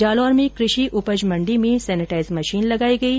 जालौर में कृषि उपज मंडी में सैनेटाइज मशीन लगायी गयी